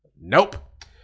Nope